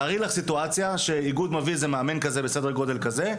תתארי סיטואציה שבה איגוד מביא מאמן בסדר גודל כזה,